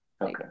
okay